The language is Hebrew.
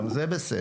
גם זה בסדר.